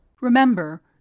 remember